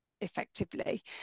effectively